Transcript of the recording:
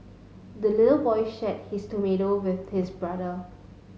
the little boy shared his tomato with his brother